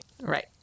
Right